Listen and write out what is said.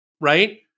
right